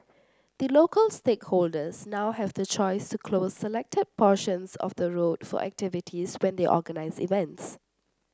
the local stakeholders now have the choice to close selected portions of the road for activities when they organise events